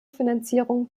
finanzierung